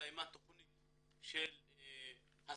הסתיימה תכנית הסבה